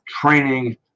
training